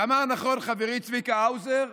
אמר נכון חברי צביקה האוזר,